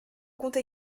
compte